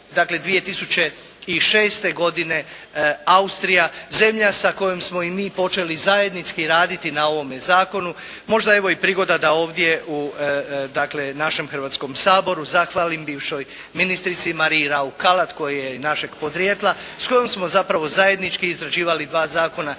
dakle 2006. godine Austrija, zemlja sa kojom smo i mi počeli zajednički raditi na ovome Zakonu. Možda evo i prigoda da ovdje, dakle u našem Hrvatskom saboru zahvalim bivšoj ministrici Mariji Raukalat koja je i našeg podrijetla s kojom smo zapravo zajednički izrađivali dva zakona, i